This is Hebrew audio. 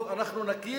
טוב, אנחנו נכיר